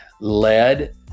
lead